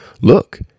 Look